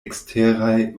eksteraj